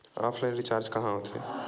Offline recharge कहां होथे?